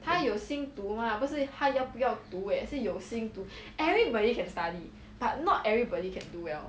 他有心读吗不是他要不要读 eh 也是有心读 everybody can study but not everybody can do well